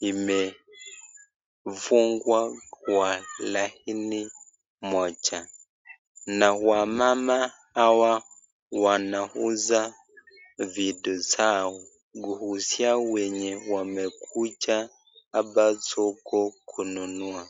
imefungwa kwa laini moja na wamama hawa wanauza vitu vyao kuuzia wenye wamekuja hapa soko kununua.